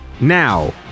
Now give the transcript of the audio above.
now